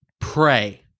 pray